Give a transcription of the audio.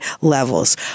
levels